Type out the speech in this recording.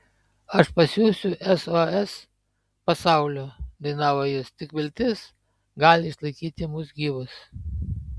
aš pasiųsiu sos pasauliu dainavo jis tik viltis gali išlaikyti mus gyvus